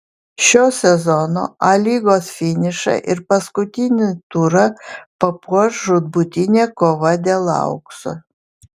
šio sezono a lygos finišą ir paskutinį turą papuoš žūtbūtinė kova dėl aukso